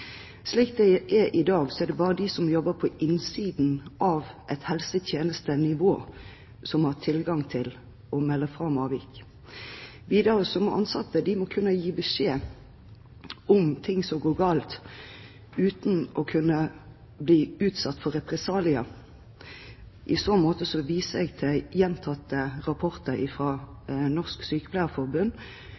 Slik det er i dag, er det bare de som jobber på innsiden av et helsetjenestenivå, som har tilgang til å melde fra om avvik. Videre må ansatte kunne gi beskjed om ting som går galt uten å bli utsatt for represalier. I så måte viser jeg til gjentatte rapporter fra Norsk Sykepleierforbund,